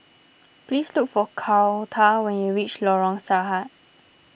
please look for Carlota when you reach Lorong Sarhad